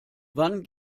wann